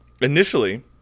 Initially